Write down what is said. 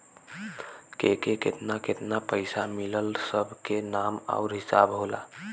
केके केतना केतना पइसा मिलल सब के नाम आउर हिसाब होला